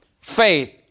Faith